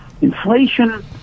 inflation